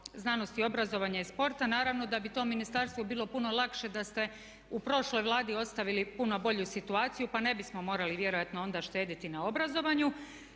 znanosti, obrazovanja i sporta naravno da bi tom ministarstvu bilo puno lakše da ste u prošloj Vladi ostavili puno bolju situaciju, pa ne bismo morali vjerojatno onda štediti na obrazovanju.